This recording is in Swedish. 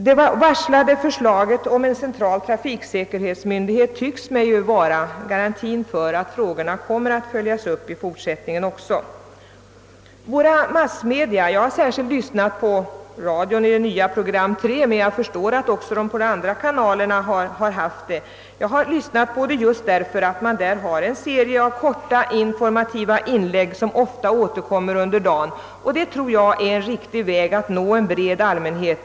Det varslade förslaget om en central trafiksäkerhetsmyndighet tycks mig vara en garanti för att frågorna kommer att följas upp även i fortsättningen. Vi måste använda våra massmedia. Jag har särskilt lyssnat på program 3 — jag förstår att också andra kanaler har haft trafikprogram — just därför att man där har en serie korta och informativa inlägg, som ofta återkommer under dagen. Jag tror att detta är en riktig väg att nå en bred allmänhet.